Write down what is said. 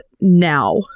now